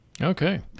Okay